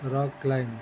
rock climber